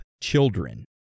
children